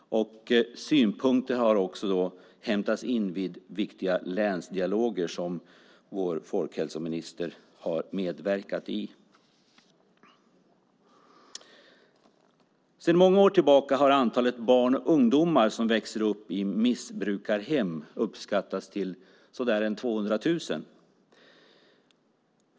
Synpunkter har också hämtats in vid viktiga länsdialoger som vår folkhälsominister har medverkat i. Sedan många år tillbaka har antalet barn och ungdomar som växer upp i missbrukarhem uppskattats till ungefär 200 000.